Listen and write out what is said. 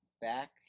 back